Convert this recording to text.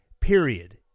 Period